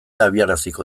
abiaraziko